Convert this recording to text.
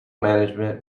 management